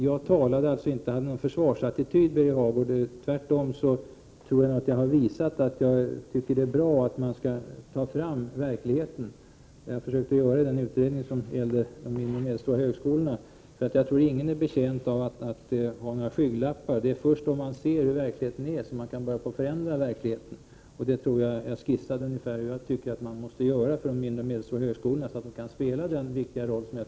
Jag intog inte någon försvarsattityd, Birger Hagård. Tvärtom har jag visat att jag tycker att det är bra att man utreder hur verkligheten är för de mindre och medelstora högskolorna. Jag tror inte att någon är betjänt av att ha skygglappar. Det är först när man ser hur verkligheten är som man kan börja förändra den. Jag har skisserat hur jag tycker att man måste göra med de mindre och medelstora högskolorna för att de skall kunna spela sin viktiga roll.